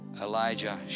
Elijah